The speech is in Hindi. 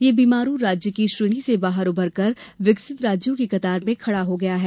ये बीमारू राज्य की श्रेणी से उभरकर विकसित राज्यों की कतार में खड़ा हो गया है